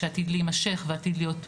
שעתיד להימשך ועתיד להיות מורחב.